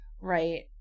Right